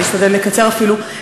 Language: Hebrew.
אני אשתדל לקצר אפילו.